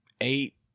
eight